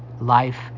life